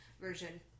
version